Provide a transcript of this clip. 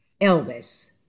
Elvis